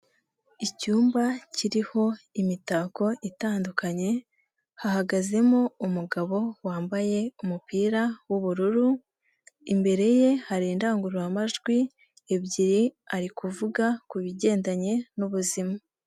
Icyumba kiriho imitako itandukanye, hahagazemo umugabo wambaye umupira w'ubururu, imbere ye hari indangururamajwi ebyiri, ari kuvuga kubigendanye n'ubuzima.